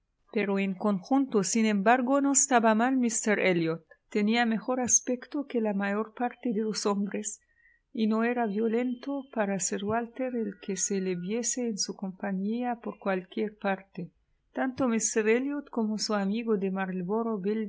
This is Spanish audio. pero en conjunto sin embargo no estaba mal míster elliot tenía mejor aspecto que la mayor parte de los hombres y no era violento para sir walter el que se le viese en su compañía por cualquier parte tanto míster elliot como su amigo de